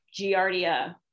Giardia